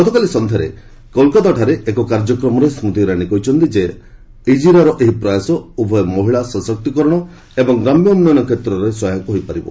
ଗତକାଲି ସନ୍ଧ୍ୟାରେ କଲିକତାଠାରେ ଏକ କାର୍ଯ୍ୟକ୍ରମରେ ସ୍କୁତି ଇରାନୀ କହିଛନ୍ତି ଇଜିରାର ଏହି ପ୍ରୟାସ ଉଭୟ ମହିଳା ସଂଶକ୍ତିକରଣ ଏବଂ ଗ୍ରାମ୍ୟ ଉନ୍ନୟନ କ୍ଷେତ୍ରରେ ସହାୟକ ହୋଇପାରିବ